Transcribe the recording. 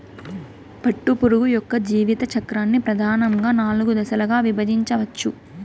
పట్టుపురుగు యొక్క జీవిత చక్రాన్ని ప్రధానంగా నాలుగు దశలుగా విభజించవచ్చు